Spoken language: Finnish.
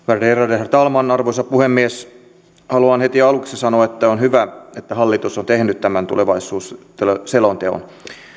värderade herr talman arvoisa puhemies haluan heti aluksi sanoa että on hyvä että hallitus on tehnyt tämän tulevaisuusselonteon